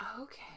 Okay